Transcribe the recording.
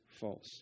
false